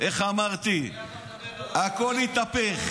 מכתב ששיגר עו"ד אפק,